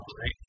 right